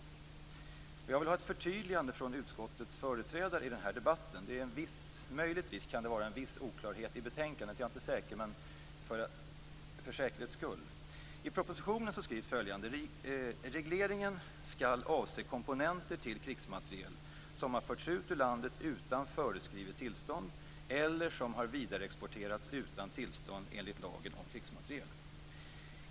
För säkerhets skull vill jag ha ett förtydligande från utskottets företrädare i den här debatten. Möjligtvis kan det vara en viss oklarhet i betänkandet. I propositionen skrivs följande: Regleringen skall avse komponenter till krigsmateriel som har förts ut ur landet utan föreskrivet tillstånd eller som har vidareexporterats utan tillstånd enligt lagen om krigsmateriel.